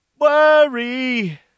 worry